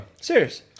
Serious